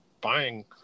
buying